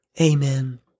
amen